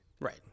right